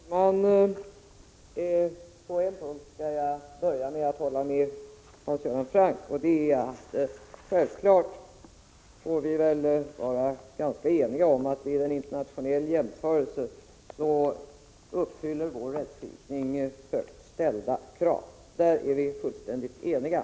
Herr talman! På en punkt skall jag börja med att hålla med Hans Göran Franck. Självfallet är vi eniga om att vår rättskipning vid en internationell jämförelse uppfyller högt ställda krav — där är vi fullständigt eniga.